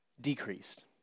decreased